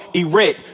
erect